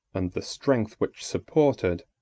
and the strength which supported,